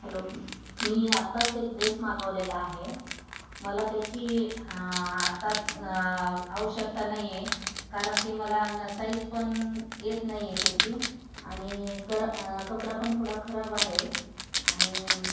hello मी मी आत्ताच एक ड्रेस मागवलेला आहे मला त्याची आ आत्ताच आ आवश्यकता नाही आहे कारण ती मला न साईज पण येत नाही आहे त्याची आणि करा कपडा पण थोडा खराब आहे आणि